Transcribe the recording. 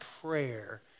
prayer